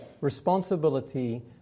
responsibility